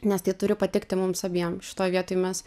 nes tai turi patikti mums abiem šitoj vietoj mes